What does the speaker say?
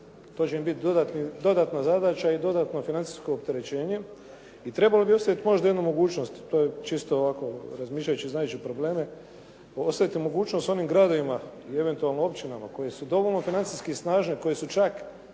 to će im biti dodatna zadaća i dodatno financijsko opterećenje i trebalo bi ostaviti možda jednu mogućnost. To je čisto ovako razmišljajući i znajući probleme, ostaviti mogućnosti onim gradovima i eventualno općinama koje su dovoljno financijski snažne, koje su čak